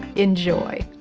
enjoy!